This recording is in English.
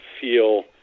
feel